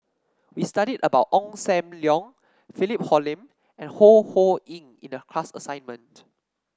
we studied about Ong Sam Leong Philip Hoalim and Ho Ho Ying in the class assignment